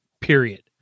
Period